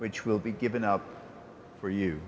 which will be given up for you